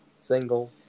single